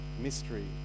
mystery